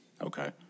Okay